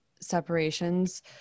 separations